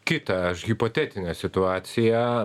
kitą aš hipotetinę situaciją